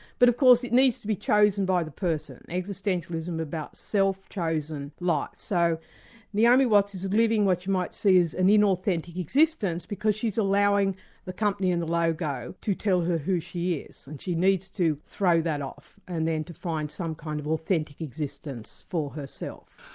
but of course it needs to be chosen by the person existentialism about self-chosen life. so naomi watts is living what you might see as an you know inauthentic existence because she's allowing the company and the logo to tell her who she is, and she needs to throw that off, and then to find some kind of authentic existence for herself.